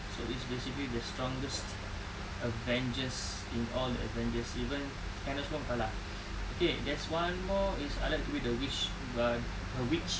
so it's basically the strongest avengers in all the avengers even thanos pun kalah okay there's one more is I like to be the witch ah a witch